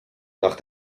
nach